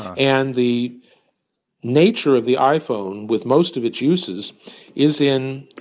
and the nature of the iphone with most of its uses is in